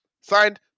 Signed